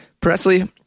presley